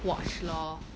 watch lor